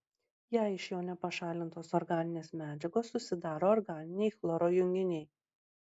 jei iš jo nepašalintos organinės medžiagos susidaro organiniai chloro junginiai